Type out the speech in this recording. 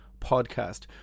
podcast